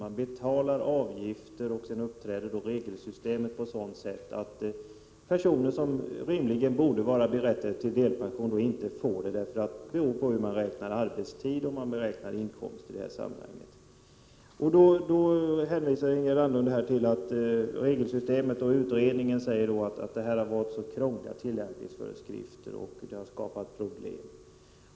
De betalar avgifter, men sedan är regelsystemet sådant att personer som rimligen borde vara berättigade till delpension inte får någon pension beroende på beräkning av arbetstid, inkomster osv. Ingegerd Anderlund hänvisade till att utredningen sagt att tillämpningsföreskrifterna hade varit mycket krångliga och skapat problem.